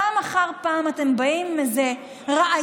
פעם אחר פעם אתם באים עם איזה רעיון